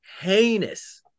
heinous